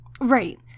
Right